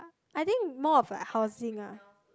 I think more of like housing lah